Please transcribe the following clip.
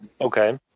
Okay